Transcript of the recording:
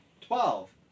twelve